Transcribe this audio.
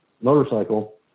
motorcycle